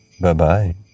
Bye-bye